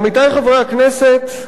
עמיתי חברי הכנסת,